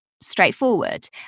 straightforward